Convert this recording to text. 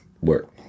work